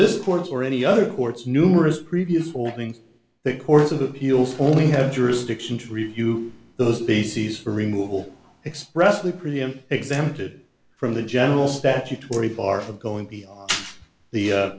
this court or any other courts numerous previous holding that courts of appeals only have jurisdiction to review those bases for removal expressly preempt exempted from the general statutory bar for going beyond the